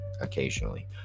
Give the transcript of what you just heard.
occasionally